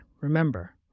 remember